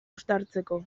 uztartzeko